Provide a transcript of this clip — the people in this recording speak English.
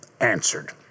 answered